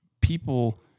people